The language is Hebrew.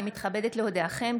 הינני מתכבדת להודיעכם,